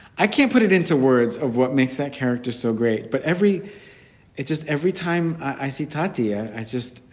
i can't put it into words of what makes that character so great. but every it just every time i see tatya, i just.